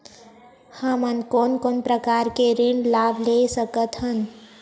हमन कोन कोन प्रकार के ऋण लाभ ले सकत हन?